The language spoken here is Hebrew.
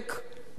בין היתר,